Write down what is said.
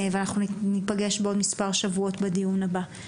ניפגש בעוד מספר שבועות בדיון הבא.